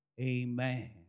Amen